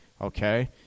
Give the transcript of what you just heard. okay